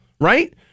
right